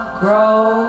grow